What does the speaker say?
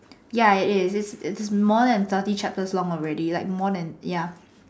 ya it is it's more than thirty chapters long already like more than ya